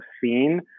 seen